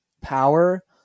power